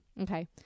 Okay